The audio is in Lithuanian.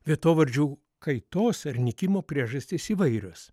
vietovardžių kaitos ar nykimo priežastys įvairios